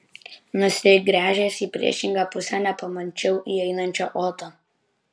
nusigręžęs į priešingą pusę nepamačiau įeinančio oto